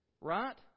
Right